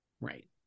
Right